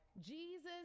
Jesus